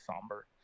somber